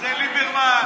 זה ליברמן,